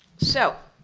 so,